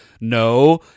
no